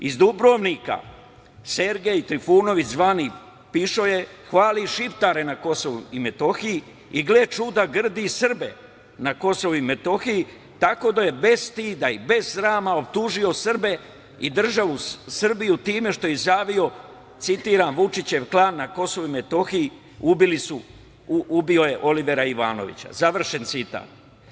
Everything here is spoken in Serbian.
Iz Dubrovnika Sergej Trifunović, zvani „pišoje“, hvali Šiptare na Kosovu i Metohiji i grdi Srbe na Kosovu i Metohiji, tako da je bez stida i bez srama optužio Srbe i državu Srbiju time što je izjavio, citiram – Vučićev klan na Kosovu i Metohiji ubio je Olivera Ivanovića, završen citat.